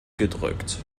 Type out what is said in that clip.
gedrückt